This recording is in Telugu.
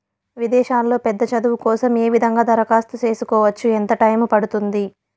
విదేశాల్లో పెద్ద చదువు కోసం ఏ విధంగా దరఖాస్తు సేసుకోవచ్చు? ఎంత టైము పడుతుంది?